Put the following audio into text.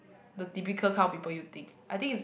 the typical kind of people you think I think is